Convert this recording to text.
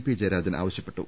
P Jayarajan ആവശ്യപ്പെട്ടു